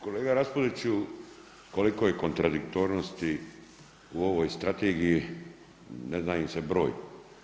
Kolega Raspudiću koliko je kontradiktornosti u ovoj strategiji ne zna im se broj.